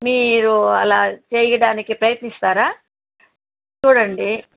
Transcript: మీరు అలా చేయడానికి ప్రయత్నిస్తారా చూడండి